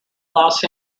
los